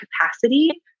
capacity